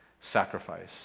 sacrifice